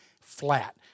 flat